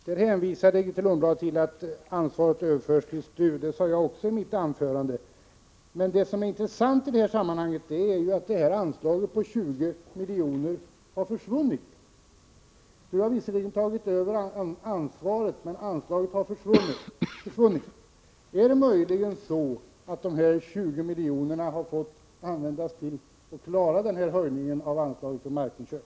Grethe Lundblad hänvisade till att ansvaret överförs till STU, och det pekade också jag på i mitt anförande. Men det intressanta i sammanhanget är att det här anslaget på 20 miljoner har försvunnit. STU har visserligen tagit över ansvaret, men anslaget har försvunnit. Är det möjligen så att de 20 miljonerna har fått användas för att man skulle kunna klara de ökade anslagen för markinköp?